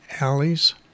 alleys